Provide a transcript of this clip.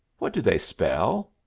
what do they spell?